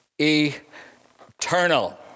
eternal